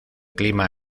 clima